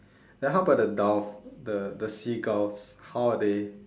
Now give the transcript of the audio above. then how about the doves the the seagulls how are they